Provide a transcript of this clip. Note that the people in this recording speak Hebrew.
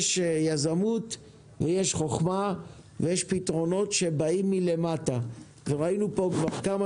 יש יזמות ויש חוכמה ויש פתרונות שבאים מלמטה וראינו פה כבר כמה